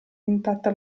intatta